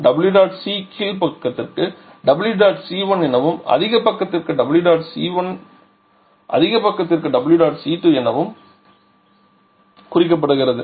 W dot C கீழ் பக்கத்திற்கு W dot C1 எனவும் அதிக பக்கத்திற்கு W dot C2 எனவும் குறிக்கப்படுகிறது